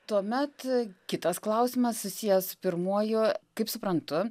tuomet kitas klausimas susijęs su pirmuoju kaip suprantu